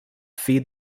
feed